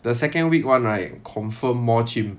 the second week one right confirm more chim